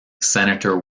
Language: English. senator